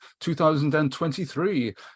2023